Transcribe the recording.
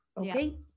Okay